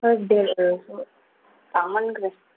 ꯈꯔ ꯕꯦꯜ ꯑꯣꯏꯔꯁꯨ ꯇꯥꯡꯃꯟꯈ꯭ꯔꯦ